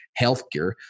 healthcare